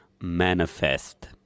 Manifest